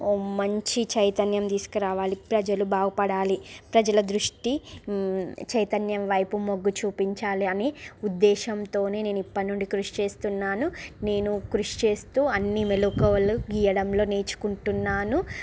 మంచి చైతన్యం తీసుకురావాలి ప్రజలు బాగుపడాలి ప్రజల దృష్టి చైతన్యం వైపు మొగ్గు చూపించాలి అని ఉద్దేశం తోనే నేనను ఇప్పట్నుండి కృషి చేస్తునాను నేను కృషి చేస్తూ అన్ని మెళుకువలు గీయడంలో నేర్చుకుంటున్నాను